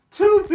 two